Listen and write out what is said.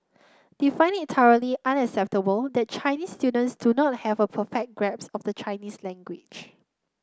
they find it unacceptable that Chinese students do not have a perfect grasps of the Chinese language